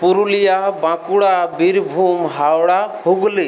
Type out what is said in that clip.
Purulia Bankura Birbhum Howrah Hooghly